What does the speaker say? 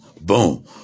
boom